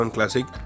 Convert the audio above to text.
Classic